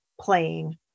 playing